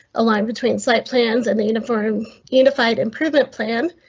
a line between site plans and the uniform unified improvement plan